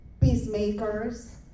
peacemakers